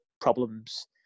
problems